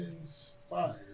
Inspired